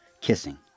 Kissing